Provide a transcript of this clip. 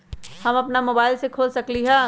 हम अपना मोबाइल से खोल सकली ह?